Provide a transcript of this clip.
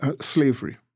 slavery